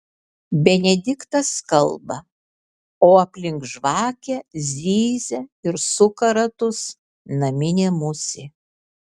benediktas kalba o aplink žvakę zyzia ir suka ratus naminė musė